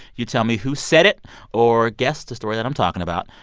you tell me who said it or guess the story that i'm talking about.